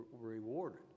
rewarded